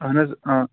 اَہن حظ آ